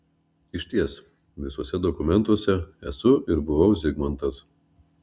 išties visuose dokumentuose esu ir buvau zigmantas